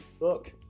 Look